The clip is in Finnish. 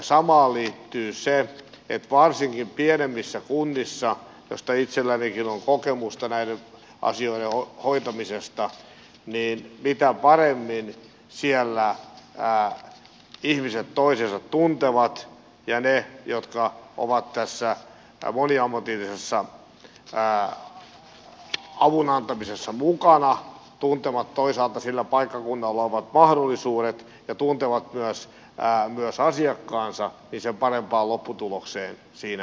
samaan liittyy se että varsinkin pienemmissä kunnissa mistä itsellänikin on kokemusta näiden asioiden hoitamisesta mitä paremmin siellä ihmiset toisensa tuntevat ja ne jotka ovat tässä moniammatillisessa avun antamisessa mukana tuntevat toisaalta sillä paikkakunnalla olevat mahdollisuudet ja tuntevat myös asiakkaansa sen parempaan lopputulokseen siinä päästään